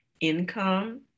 income